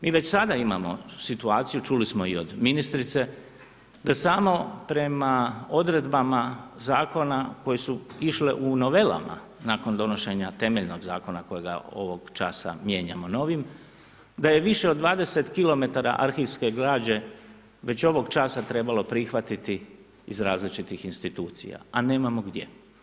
Mi već sada imamo situaciju, čuli smo i od ministrice, da samo prema odredbama zakona koji su išle u novelama nakon donošenja temeljnoga zakona kojega ovog časa mijenjamo novim, da je više od 20 kilometara arhivske građe već od ovog časa trebalo prihvatiti iz različitih institucija, a nemamo gdje.